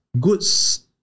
goods